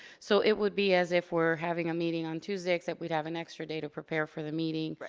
so it would be as if we're having a meeting on tuesday, except we'd have an extra day to prepare for the meeting. right.